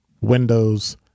windows